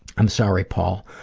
i'm sorry, paul.